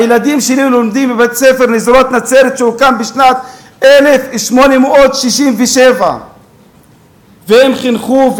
הילדים שלי לומדים בבית-ספר לנזירות בנצרת שהוקם בשנת 1867. והם חינכו,